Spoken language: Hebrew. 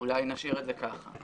אולי נשאיר את זה כך.